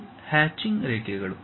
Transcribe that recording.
ಇವು ಹ್ಯಾಚಿಂಗ್ ರೇಖೆಗಳು